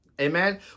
Amen